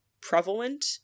prevalent